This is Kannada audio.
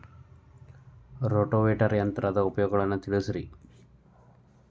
ರೋಟೋವೇಟರ್ ಯಂತ್ರದ ಉಪಯೋಗಗಳನ್ನ ತಿಳಿಸಿರಿ